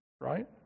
right